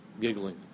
giggling